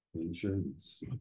insurance